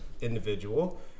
individual